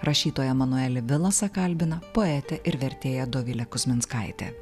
rašytoją manuelį bilosą kalbina poetė ir vertėja dovilė kuzminskaitė